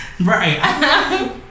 Right